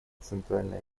центральное